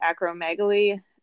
acromegaly